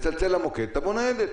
יצלצל למוקד ותבוא ניידת.